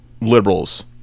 liberals